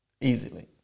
easily